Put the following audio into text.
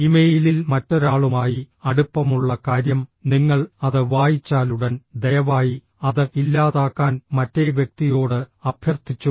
ഇമെയിലിൽ മറ്റൊരാളുമായി അടുപ്പമുള്ള കാര്യം നിങ്ങൾ അത് വായിച്ചാലുടൻ ദയവായി അത് ഇല്ലാതാക്കാൻ മറ്റേ വ്യക്തിയോട് അഭ്യർത്ഥിച്ചു